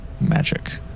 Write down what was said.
magic